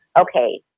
okay